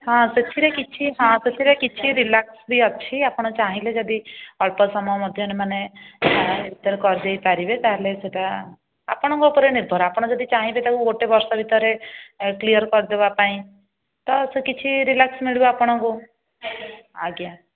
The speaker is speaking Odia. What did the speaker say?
ହଁ ସେଥିରେ କିଛି ହଁ ସେଥିରେ କିଛି ରିଲାକ୍ସ ବି ଅଛି ଆପଣ ଚାହିଁଲେ ଯଦି ଅଳ୍ପ ସମୟ ମଧ୍ୟରେ ମାନେ ଭିତରେ କରିଦେଇପାରିବେ ତା ହେଲେ ସେହିଟା ଆପଣଙ୍କ ଉପରେ ନିର୍ଭର ଆପଣ ଯଦି ଚାହିଁବେ ତାକୁ ଗୋଟିଏ ବର୍ଷ ଭିତରେ କ୍ଳିଅର୍ କରିଦେବା ପାଇଁ ତ ସେ କିଛି ରିଲାକ୍ସ ମିଳିବ ଆପଣଙ୍କୁ ଆଜ୍ଞା